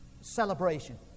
celebration